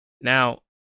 Now